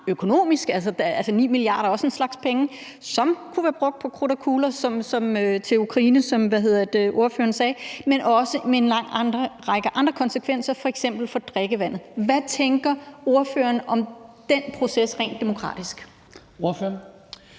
økonomiske, altså, 9 mia. kr. er også en slags penge, som kunne have været brugt på krudt og kugler til Ukraine, sådan som ordføreren sagde, men også i forhold til en lang række andre konsekvenser, f.eks. for drikkevandet. Hvad tænker ordføreren om den proces rent demokratisk? Kl.